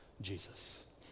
Jesus